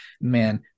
man